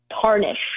tarnish